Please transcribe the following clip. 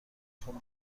خوام